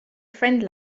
friend